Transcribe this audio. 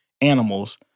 animals